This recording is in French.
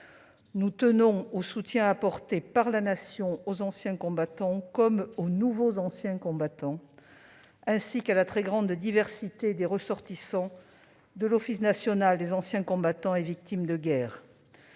Nous tenons au soutien apporté par la Nation aux anciens combattants comme aux « nouveaux anciens combattants », ainsi qu'à la très grande diversité des ressortissants de l'Office national des anciens combattants et victimes de guerre